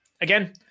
Again